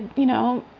you know,